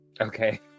Okay